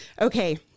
Okay